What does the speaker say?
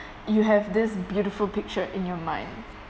you have this beautiful picture in your mind